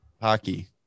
hockey